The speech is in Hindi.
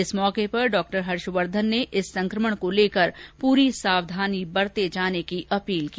इस अवसर पर डॉक्टर हर्षवर्धन ने इस संक्रमण को लेकर पुरी सावधानी बरते जाने की अपील की